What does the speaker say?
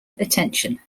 attention